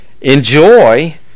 enjoy